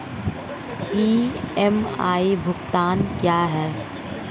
EMI भुगतान क्या है?